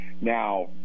Now